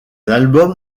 albums